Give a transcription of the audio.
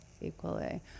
equally